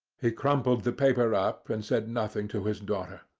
he crumpled the paper up and said nothing to his daughter,